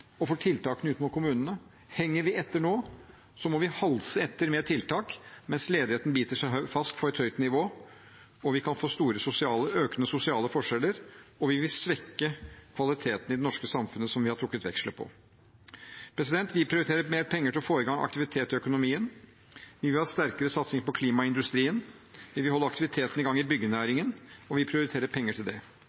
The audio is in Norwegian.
må vi halse etter med tiltak mens ledigheten biter seg fast på et høyt nivå. Vi kan få store og økende sosiale forskjeller, og vi vil svekke kvaliteten i det norske samfunnet som vi har trukket veksler på. Vi prioriterer mer penger til å få i gang aktivitet i økonomien. Vi vil ha sterkere satsing på klimaindustrien. Vi vil holde aktiviteten i gang i byggenæringen, og vi prioriterer penger til det.